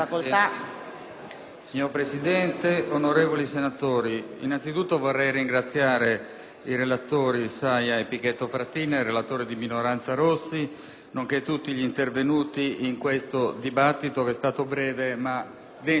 Signora Presidente, onorevoli senatori, innanzitutto vorrei ringraziare i relatori Saia e Pichetto Fratin e il relatore di minoranza Rossi Nicola, nonché tutti gli intervenuti in questo dibattito che è stato breve ma denso di contenuti.